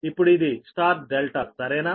ఇప్పుడు ఇది Y ∆ సరేనా